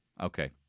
Okay